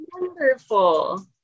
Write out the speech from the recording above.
Wonderful